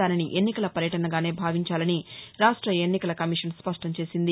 దానిని ఎన్నికల పర్యటనగానే భావించాలని రాష్ట ఎన్నికల కమిషన్ స్పష్టం చేసింది